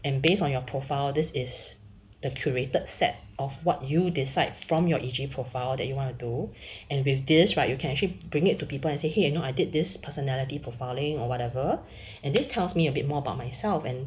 and based on your profile this is the curated set of what you decide from your E_G profile that you want to do and with this right you can actually bring it to people and say !hey! you know I did this personality profiling or whatever and this tells me a bit more about myself and